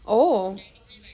oh